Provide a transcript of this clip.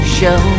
Show